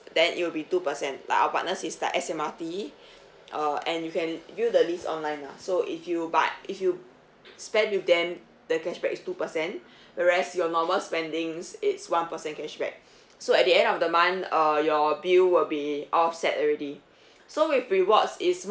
then it will be two percent like our partners is like S_M_R_T uh and you can view the list online lah so if you but if you spend with them the cashback is two percent whereas your normal spendings it's one percent cashback so at the end of the month uh your bill will be offset already so with rewards it's